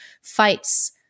fights